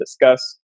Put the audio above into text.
discuss